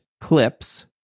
clips